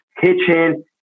kitchen